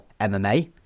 MMA